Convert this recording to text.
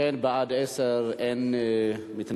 אכן, בעד, 10, אין מתנגדים.